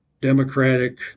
democratic